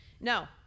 no